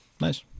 nice